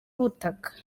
ubutaka